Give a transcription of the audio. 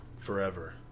forever